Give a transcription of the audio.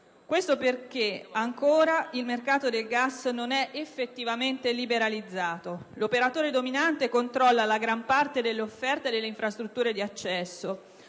Questo perché ancora il mercato del gas non è effettivamente liberalizzato; l'operatore dominante controlla la gran parte dell'offerta e delle infrastrutture di accesso.